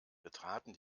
betraten